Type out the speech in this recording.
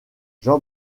jean